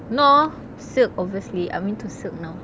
no silk obviously I'm into silk now